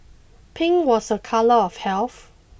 pink was a colour of health